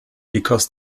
because